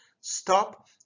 stop